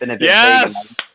Yes